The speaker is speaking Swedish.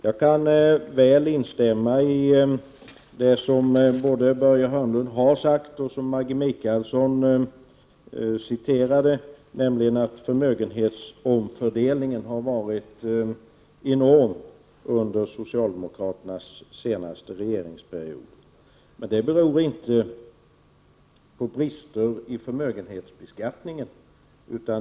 Jag kan instämma i det som Börje Hörnlund sade och Maggi Mikaelsson sedan citerade, nämligen att förmögenhetsomfördelningen har varit enorm under socialdemokraternas senaste regeringsperiod. Det beror dock inte på brister i förmögenhetsbeskattningen.